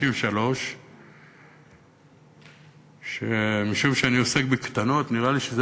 53. ומשום שאני עוסק בקטנות נראה לי שזה